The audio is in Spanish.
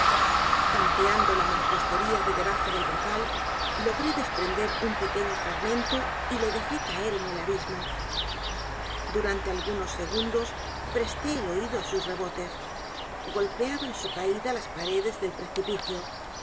tanteando la mampostería de debajo del brocal logré desprender un pequeño fragmento y le dejé caer en el abismo d u r a n t e algunos segundos presté el oído á sus r e b o t e s golpeaba en su caída las paredes del precipicio